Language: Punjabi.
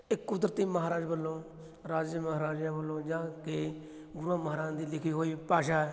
ਇਹ ਕੁਦਰਤੀ ਮਹਾਰਾਜ ਵੱਲੋਂ ਰਾਜੇ ਮਹਾਰਾਜਿਆਂ ਵੱਲੋਂ ਜਾ ਕੇ ਗੁਰੂਆਂ ਮਹਾਰਾਜਿਆਂ ਦੀ ਲਿਖੀ ਹੋਈ ਭਾਸ਼ਾ